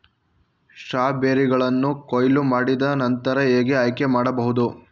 ಸ್ಟ್ರಾಬೆರಿಗಳನ್ನು ಕೊಯ್ಲು ಮಾಡಿದ ನಂತರ ಹೇಗೆ ಆಯ್ಕೆ ಮಾಡಬಹುದು?